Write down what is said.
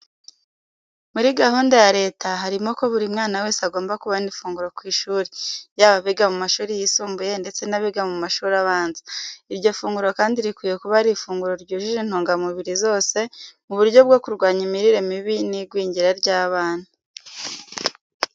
Muri gahunda ya leta, harimo ko buri mwana wese agomba kubona ifunguro ku ishuri, yaba abiga mu mashuri yisimbuye ndetse n'abiga mu mashuri abanza. Iryo funguro kandi rikwiye kuba ari ifunguro ryujuje intungamubiri zose mu buryo bwo kurwanya imirire mibi n'igwingira ry'abana.